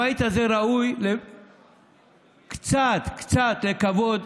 הבית הזה ראוי לקצת קצת כבוד,